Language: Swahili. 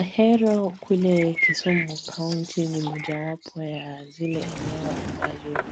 Ahero kule kisumu county ni mojawapo ya zile eneo ambalo